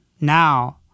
now